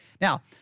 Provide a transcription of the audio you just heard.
Now